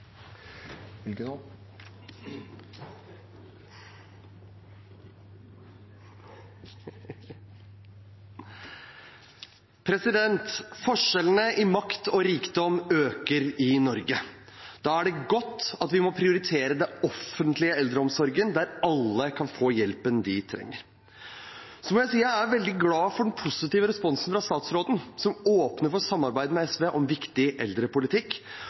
vi prioritere den offentlige eldreomsorgen, der alle kan få den hjelpen de trenger. Jeg er veldig glad for den positive responsen fra statsråden, som åpner for samarbeid med SV om viktig eldrepolitikk.